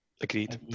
Agreed